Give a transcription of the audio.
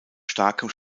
starkem